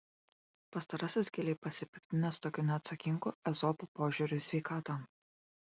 pastarasis giliai pasipiktinęs tokiu neatsakingu ezopo požiūriu į sveikatą